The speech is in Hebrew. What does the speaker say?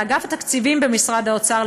לאגף התקציבים במשרד האוצר,